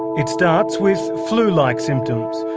it starts with flu-like symptoms,